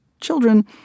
children